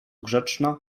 grzeczna